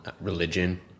religion